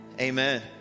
Amen